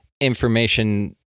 information